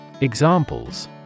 Examples